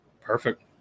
perfect